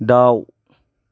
दाउ